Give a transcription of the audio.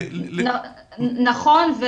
נכון.